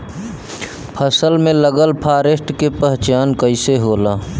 फसल में लगल फारेस्ट के पहचान कइसे होला?